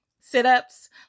sit-ups